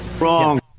Wrong